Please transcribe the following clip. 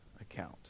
account